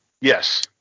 Yes